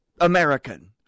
American